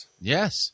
Yes